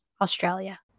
Australia